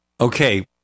Okay